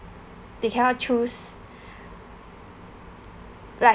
they cannot choose like